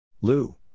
Lou